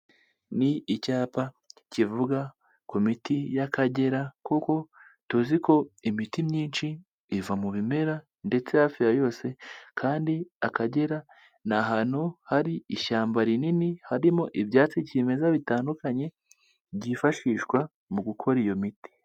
Ni icyapa kivuga ku miti y'akagera kuko tuzi ko imiti myinshi iva mu bimera ndetse hafi ya yose, kandi Akagera ni ahantu hari ishyamba rinini harimo ibyatsi kimeza bitandukanye, byiyifashishwa mu gukora iyo miti.